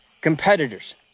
Competitors